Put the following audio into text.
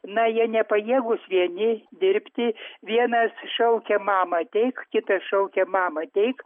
na jie nepajėgūs vieni dirbti vienas šaukia mama ateik kitas šaukia mama ateik